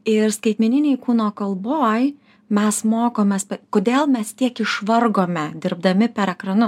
ir skaitmeninėj kūno kalboj mes mokomės kodėl mes tiek išvargome dirbdami per ekranu